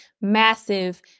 massive